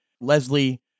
leslie